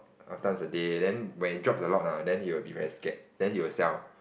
how many times in a day then when it drops a lot ah then he will be very scared then he will sell